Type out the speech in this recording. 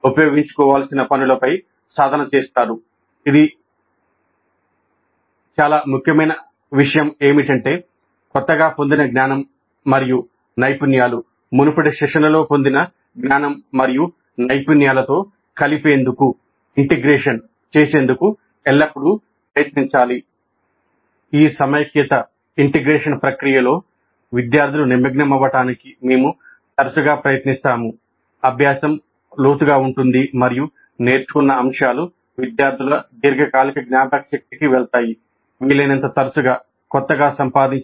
ఆవర్తన సమీక్ష ఎల్లప్పుడూ ప్రయత్నించాలి